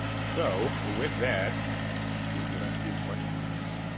so, with that you can open it up to questions.